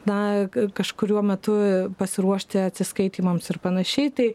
na kažkuriuo metu pasiruošti atsiskaitymams ir panašiai tai